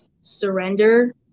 surrender